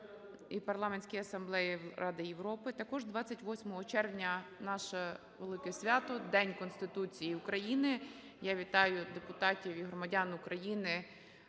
в Парламентській асамблеї Ради Європи. Також 28 червня наше велике свято – День Конституції України. Я вітаю депутатів і громадян України